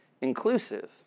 Inclusive